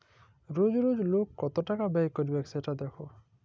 রজ রজ লক কত টাকা ব্যয় ক্যইরবেক সেট দ্যাখা